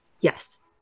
Yes